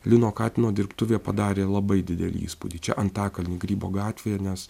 lino katino dirbtuvė padarė labai didelį įspūdį čia antakalny grybo gatvėje nes